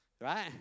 right